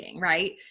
right